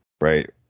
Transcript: Right